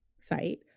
site